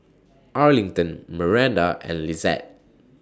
Arlington Maranda and Lizette